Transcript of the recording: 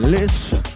Listen